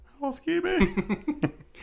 Housekeeping